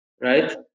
right